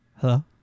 Hello